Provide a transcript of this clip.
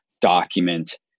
document